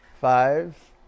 Five